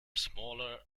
smaller